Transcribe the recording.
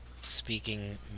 speaking